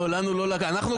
לא, אנחנו